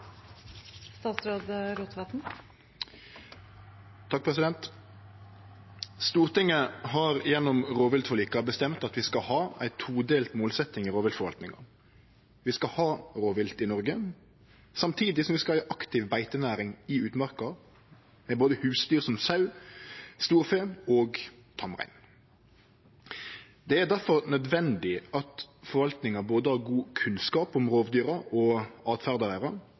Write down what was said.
Stortinget har gjennom rovviltforlika bestemt at vi skal ha ei todelt målsetjing i rovviltforvaltninga. Vi skal ha rovvilt i Noreg, samtidig som vi skal ha ei aktiv beitenæring i utmarka, med husdyr som både sau, storfe og tamrein. Det er difor nødvendig at forvaltninga har god kunnskap både om rovdyra og